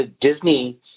Disney –